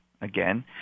again